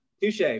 touche